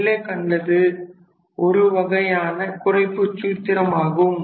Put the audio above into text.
மேலே கண்டது ஒருவகையான குறைப்புச் சூத்திரமாகும்